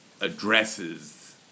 addresses